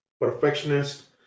perfectionist